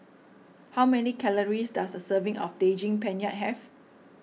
how many calories does a serving of Daging Penyet have